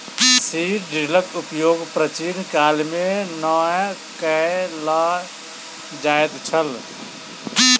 seed ड्रीलक उपयोग प्राचीन काल मे नै कय ल जाइत छल